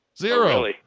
Zero